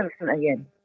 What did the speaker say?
again